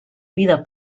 vida